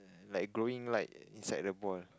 like glowing light inside the ball